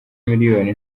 miliyoni